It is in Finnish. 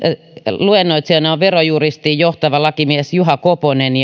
luennoitsijana oli verojuristi johtava lakimies juha koponen